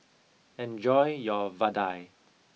enjoy your vadai